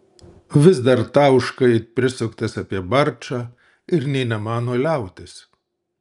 vis dar tauška it prisuktas apie barčą ir nė nemano liautis